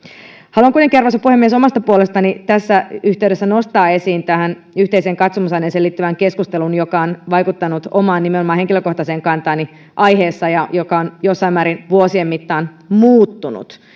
haluan kuitenkin arvoisa puhemies omasta puolestani tässä yhteydessä nostaa tähän yhteiseen katsomusaineeseen liittyvään keskusteluun asian joka on vaikuttanut nimenomaan omaan henkilökohtaiseen kantaani joka on jossain määrin vuosien mittaan muuttunut